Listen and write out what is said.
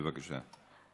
בבקשה.